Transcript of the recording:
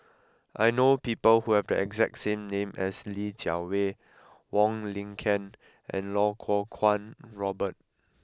I know people who have the exact name as Li Jiawei Wong Lin Ken and Iau Kuo Kwong Robert